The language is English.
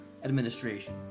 Administration